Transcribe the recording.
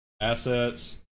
assets